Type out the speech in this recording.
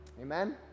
Amen